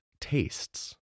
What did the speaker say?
tastes